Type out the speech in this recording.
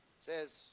says